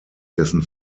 dessen